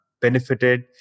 benefited